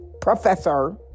professor